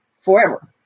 forever